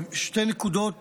שתי נקודות